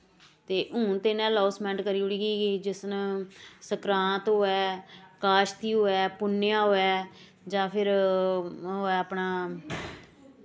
ते हून ते इ'नें लौसमेंट करी ओड़ी की जिस दिन सकरांत होऐ काशती होऐ पु'न्नेआं होऐ जां फिर होऐ अपना